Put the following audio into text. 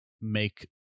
make